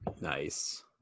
Nice